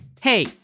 Hey